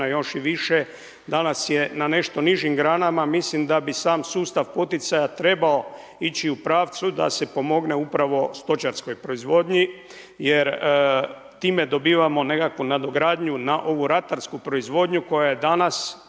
još i više. Danas je na nešto nižim granama, mislim da bi sam sustav poticaja trebao ići u pravcu da se pomogne upravo stočarskoj proizvodnji. Jer time dobivamo nekakvu nadogradnju na ovu ratarsku proizvodnju koja je danas